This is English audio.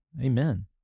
Amen